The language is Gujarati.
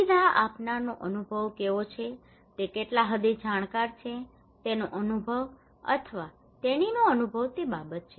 સુવિધા આપનારનો અનુભવ કેવો છે કે તે કેટલા હદે જાણકાર છે તેનો અનુભવ અથવા તેણીનો અનુભવ તે બાબત છે